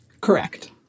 Correct